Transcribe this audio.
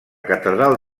catedral